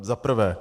Za prvé.